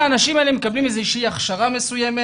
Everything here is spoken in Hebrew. האם האנשים האלה מקבלים איזושהי הכשרה מסוימת?